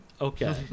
Okay